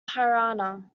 haryana